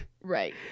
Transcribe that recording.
Right